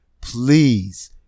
please